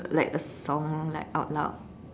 like a song like out loud